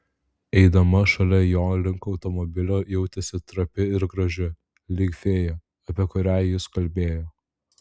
eidama šalia jo link automobilio jautėsi trapi ir graži lyg fėja apie kurią jis kalbėjo